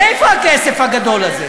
מאיפה הכסף הגדול הזה?